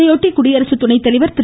இதையொட்டி குடியரசுத்துணை தலைவர் திரு